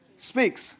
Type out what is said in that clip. Speaks